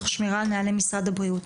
תוך שמירה על נהלי משרד הבריאות